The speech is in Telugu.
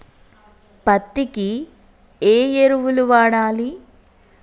పత్తి కి ఏ ఎరువులు వాడాలి?